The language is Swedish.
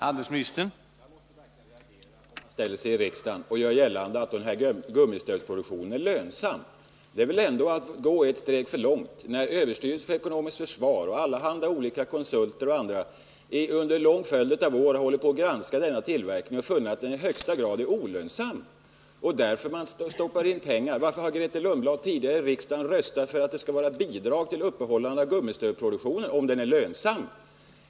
Herr talman! Jag måste verkligen reagera om någon ställer sig upp här i riksdagen och gör gällande att denna gummistövelsproduktion är lönsam. Det är ändå att gå ett steg för långt. Överstyrelsen för ekonomiskt försvar, olika konsulter m.fl. har under många år granskat denna tillverkning och funnit att den i högsta grad är olönsam. Det är ju därför man har skjutit till pengar. Varför har Grethe Lundblad tidigare i riksdagen röstat "ör bidrag till uppehållande av gummistövelsproduktionen om den är lönsam?